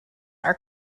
are